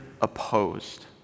opposed